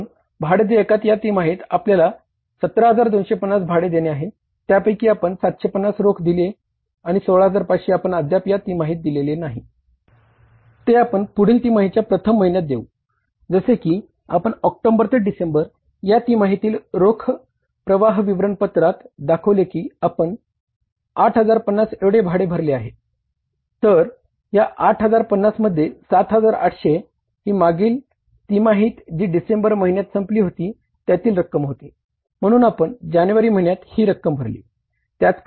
तर या 8050 मध्ये 7800 ही मागील तिमाही जी डिसेंबर महिन्यात संपली होती त्याती रक्कम होती म्हणून आपण जानेवारी महिन्यात ही रक्कम भरली